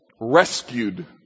rescued